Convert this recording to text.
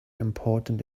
important